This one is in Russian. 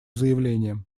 заявлением